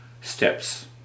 steps